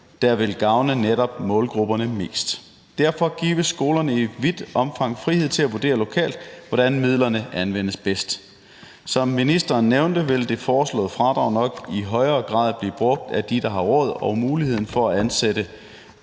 der vil gavne netop målgrupperne mest. Derfor gives skolerne i vidt omfang frihed til at vurdere lokalt, hvordan midlerne anvendes bedst. Som ministeren nævnte, vil det foreslåede fradrag nok i højere grad blive brugt af dem, der har råd til og mulighed for at ansætte